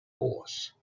force